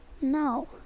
No